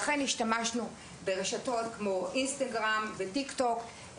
לכן השתמשנו ברשתות כמו אינסטגרם וטיקטוק,